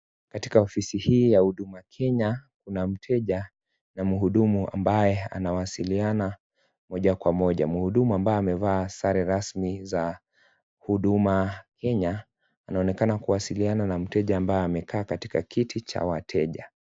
Katika ofisi hii ya huduma Kenya, kuna mteja na mhudumu ambaye anawasiliana moja kwa moja. Mhudumu ambaye amevaa sare rasmi za huduma Kenya anaonekana kuwasiliana na mteja ambaye amekaa katika kiti cha wateja.